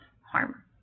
harm